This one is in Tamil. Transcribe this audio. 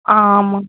ஆ ஆமாம்